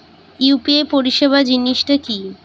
UPI পরিসেবা জিনিসটা কি?